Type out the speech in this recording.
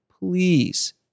please